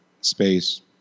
space